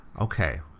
okay